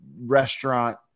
restaurant